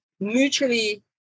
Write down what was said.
Mutually